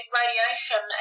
radiation